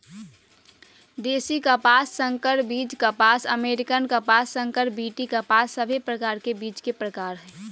देशी कपास, संकर बीज कपास, अमेरिकन कपास, संकर बी.टी कपास सभे कपास के बीज के प्रकार हय